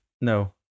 no